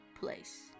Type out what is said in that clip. place